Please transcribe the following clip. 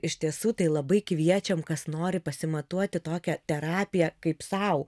iš tiesų tai labai kviečiam kas nori pasimatuoti tokią terapiją kaip sau